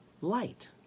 Light